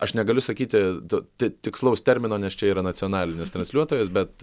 aš negaliu sakyti ti tikslaus termino nes čia yra nacionalinis transliuotojas bet